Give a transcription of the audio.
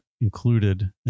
included